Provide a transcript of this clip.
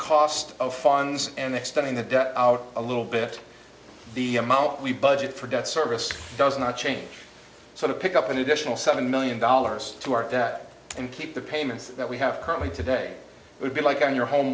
cost of funds and extending the debt out a little bit the amount we budget for debt service does not change so to pick up an additional seven million dollars to our that and keep the payments that we have currently today would be like on your home